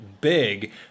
big